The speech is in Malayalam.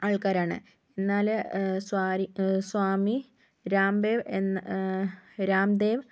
ആൾക്കാരാണ് എന്നാല് സ്വാരി സ്വാമി രാംഭേവ് എന്ന രാംദേവ്